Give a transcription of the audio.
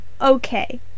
okay